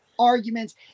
arguments